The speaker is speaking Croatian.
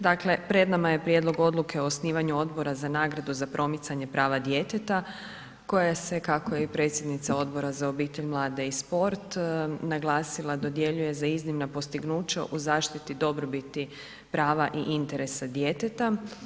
Dakle pred nama je Prijedlog odluke o osnivanju Odbora za nagradu za promicanje prava djeteta koja se kako je i predsjednica Odbora za obitelj, mlade i sport naglasila dodjeljuje za iznimna postignuća u zaštiti dobrobiti prava i interesa djeteta.